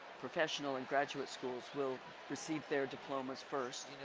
professional and graduate schools will receive their diplomas first.